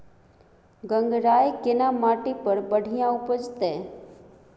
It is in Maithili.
गंगराय केना माटी पर बढ़िया उपजते?